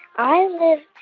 i live